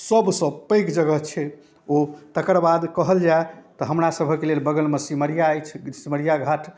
सबसँ पैघ जगह छै ओ तकर बाद कहल जाए तऽ हमरासबके लेल बगलमे सिमरिआ अछि सिमरिआ घाट